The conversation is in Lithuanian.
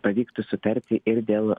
pavyktų sutarti ir dėl